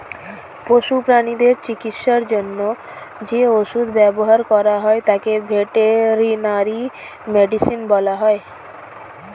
পশু প্রানীদের চিকিৎসার জন্য যে ওষুধ ব্যবহার করা হয় তাকে ভেটেরিনারি মেডিসিন বলা হয়